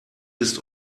ist